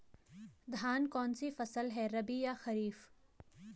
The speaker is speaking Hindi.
धान कौन सी फसल है रबी या खरीफ?